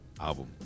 album